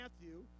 Matthew